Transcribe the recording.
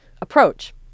approach